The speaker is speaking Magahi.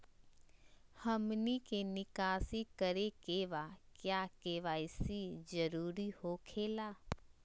हमनी के निकासी करे के बा क्या के.वाई.सी जरूरी हो खेला?